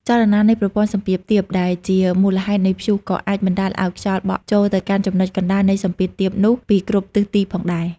ចលនានៃប្រព័ន្ធសម្ពាធទាប ដែលជាមូលហេតុនៃព្យុះក៏អាចបណ្តាលឱ្យខ្យល់បក់ចូលទៅកាន់ចំណុចកណ្តាលនៃសម្ពាធទាបនោះពីគ្រប់ទិសទីផងដែរ។